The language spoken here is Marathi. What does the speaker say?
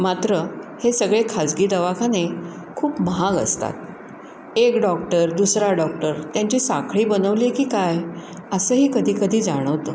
मात्र हे सगळे खाजगी दवाखाने खूप महाग असतात एक डॉक्टर दुसरा डॉक्टर त्यांची साखळी बनवली आहे की काय असंही कधी कधी जाणवतं